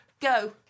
Go